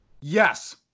Yes